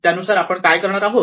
त्यानुसार आपण काय करणार आहोत